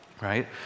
right